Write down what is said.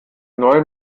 neue